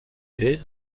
est